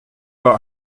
war